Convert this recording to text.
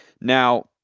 Now